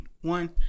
One